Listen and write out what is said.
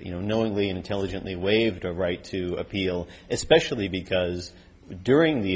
you know knowingly intelligently waived her right to appeal especially because during the